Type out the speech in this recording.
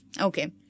Okay